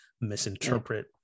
misinterpret